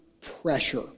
pressure